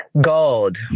gold